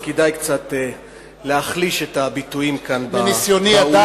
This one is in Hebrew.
כדאי קצת להחליש את הביטויים כאן באולם.